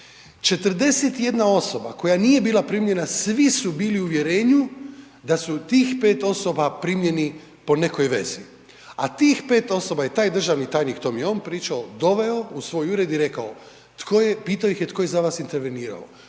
41 osoba koja nije bila primljena, svi su bili u uvjerenju da su tih 5 osoba primljeni po nekoj vezi, a tih 5 osoba je taj državni tajnik, to mi je on pričao, doveo u svoj ured i rekao, pitao ih je tko je za vas intervenirao,